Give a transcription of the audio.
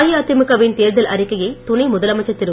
அஇஅதிமுகவின் தேர்தல் அறிக்கையை துணை முதலமைச்சர் திரு